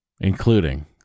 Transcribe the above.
including